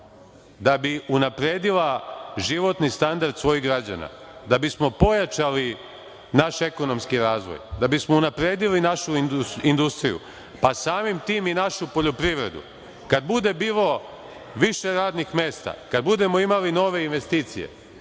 da bi unapredila životni standard svojih građana, da bismo pojačali naš ekonomski razvoj, da bismo unapredili našu industriju, pa samim tim i našu poljoprivedu. Kada bude bilo više radnih mesta, kada budemo imali nove investicije,